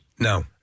No